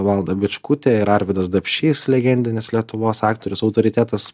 valda bičkutė ir arvydas dapšys legendinis lietuvos aktorius autoritetas